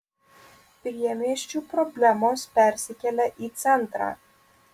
priemiesčių problemos persikelia į centrą